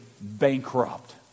bankrupt